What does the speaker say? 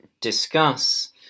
Discuss